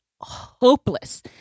hopeless